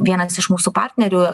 vienas iš mūsų partnerių